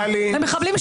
טלי.